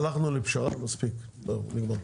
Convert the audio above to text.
הלכנו לפשרה, מספיק, זהו, נגמר.